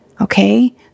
Okay